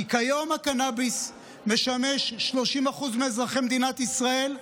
כי כיום הקנביס משמש 30% מאזרחי מדינת ישראל.